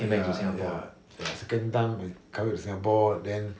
ya ya ya the second time he come back to singapore then